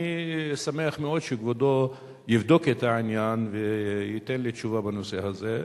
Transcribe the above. אני שמח מאוד שכבודו יבדוק את העניין וייתן לי תשובה בנושא הזה,